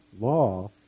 law